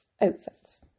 outfits